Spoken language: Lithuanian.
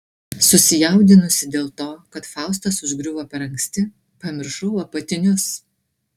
susijaudinusi dėl to kad faustas užgriuvo per anksti pamiršau apatinius